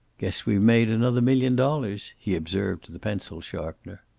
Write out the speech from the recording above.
guess we've made another million dollars, he observed to the pencil-sharpener.